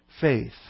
Faith